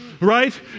right